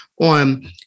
on